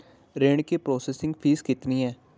ऋण की processing fee कितनी है?